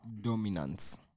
Dominance